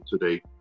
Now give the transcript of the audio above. today